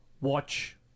watch